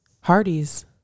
hardy's